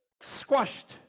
squashed